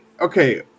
Okay